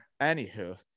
anywho